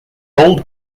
old